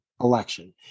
election